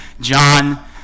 John